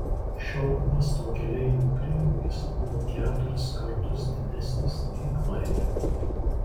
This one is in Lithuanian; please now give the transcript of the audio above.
šio uosto keleivių prieaugis buvo keturis kartus didesnis nei klaipėdoje